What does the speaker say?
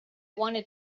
wanted